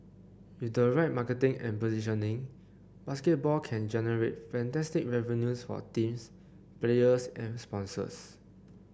with the right marketing and positioning basketball can generate fantastic revenues for teams players and sponsors